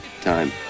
time